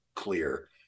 clear